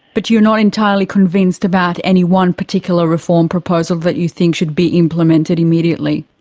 but you're not entirely convinced about any one particular reform proposal that you think should be implemented immediately?